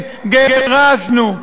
כן, גירשנו,